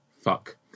fuck